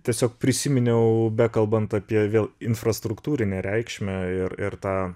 tiesiog prisiminiau bekalbant apie vėl infrastruktūrinę reikšmę ir ir tą